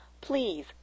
Please